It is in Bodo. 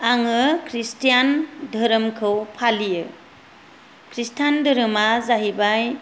आङो ख्रिष्टान धोरोमखौ फालि्यो ख्रिष्टान धोरोमा जाहैबाय